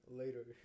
later